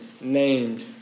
named